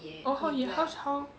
orh how he how she how